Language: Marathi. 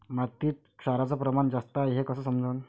मातीत क्षाराचं प्रमान जास्त हाये हे कस समजन?